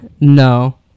No